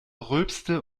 rülpste